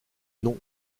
nom